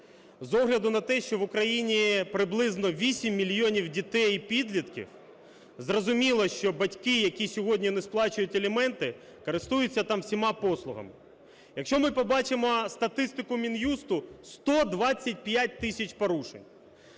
З огляду на те, що в Україні приблизно 8 мільйонів дітей і підлітків. Зрозуміло, що батьки, які сьогодні не сплачують аліменти, користуються там всіма послугами. Якщо ми побачимо статистику Мін'юсту: 125 тисяч порушень,